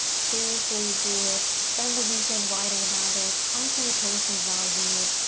seriously, do it. spend the weekend writing about it. i see a person's values,